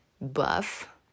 buff